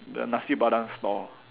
the Nasi-Padang stall